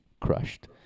Crushed